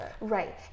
Right